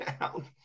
down